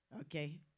okay